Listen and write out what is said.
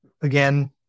again